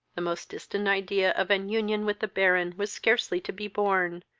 the most distant idea of an union with the baron was scarcely to be borne,